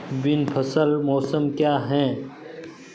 विभिन्न फसल मौसम क्या हैं?